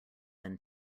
than